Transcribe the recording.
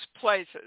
places